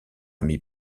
ami